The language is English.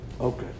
Okay